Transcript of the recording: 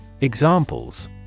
Examples